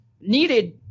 needed